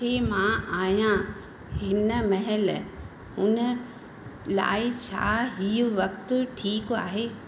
थिए मां आहियां हिनमहिल हुन लाइ छा ई वक़्तु ठीकु आहे